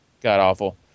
god-awful